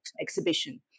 exhibition